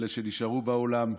אלה שנשארו באולם,